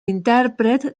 intèrpret